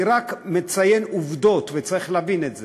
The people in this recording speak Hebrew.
אני רק מציין עובדות, וצריך להבין את זה.